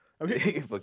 okay